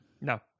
No